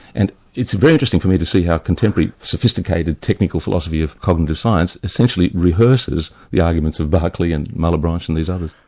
and it's very interesting for me to see how contemporary sophisticated technical philosophy of cognitive science essentially rehearses the arguments of berkeleyand malebranche and these others.